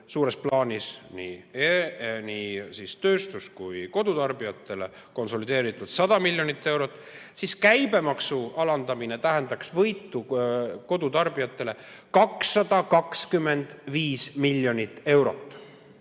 suures plaanis, nii tööstus- kui ka kodutarbijatele konsolideeritult 100 miljonit eurot, siis käibemaksu alandamine tähendaks kodutarbijatele võitu 225 miljonit eurot.